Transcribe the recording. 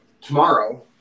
tomorrow